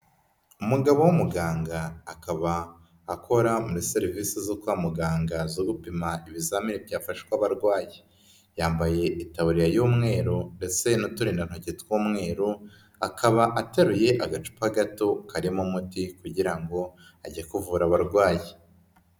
Umugabo w'umuganga akaba akora muri serivisi zo kwa muganga zo gupima ibizamini byafashwe abarwayi, yambaye itaburiya y'umweru ndetse n'uturindantoki tw'umweru, akaba ateruye agacupa gato karimo umuti kugira ngo ajye kuvura abarwayi.